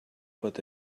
pot